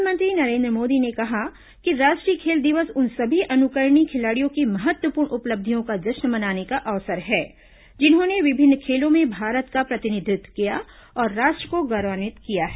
प्रधानमंत्री नरें द्र मोदी ने कहा है कि राष्ट्रीय खेल दिवस उन सभी अनुकरणीय खिलाड़ियों की महत्वपूर्ण उपलब्धियों का जश्न मनाने का अवसर है जिन्होंने विभिन्न खेलों में भारत का प्रतिनिधित्व किया और राष्ट्र को गौरवान्वित किया है